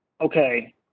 Okay